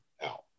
out